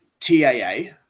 TAA